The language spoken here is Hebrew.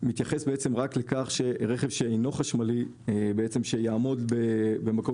מתייחס רק לרכב שאינו חשמלי יעמוד במקום